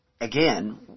again